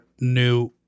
new